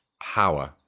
power